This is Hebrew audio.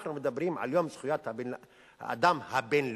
אנחנו מדברים על יום זכויות האדם הבין-לאומי.